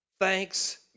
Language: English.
Thanks